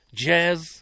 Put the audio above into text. jazz